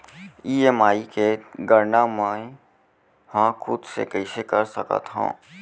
EMI के गड़ना मैं हा खुद से कइसे कर सकत हव?